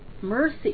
mercy